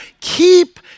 keep